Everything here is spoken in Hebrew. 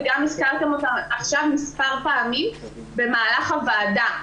וגם הזכרתם אותן עכשיו מספר פעמים במהלך הישיבה.